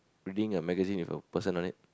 reading a magazine with a person on it